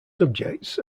subjects